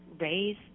raise